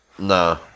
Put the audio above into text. Nah